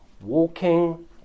walking